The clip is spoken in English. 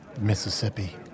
Mississippi